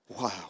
Wow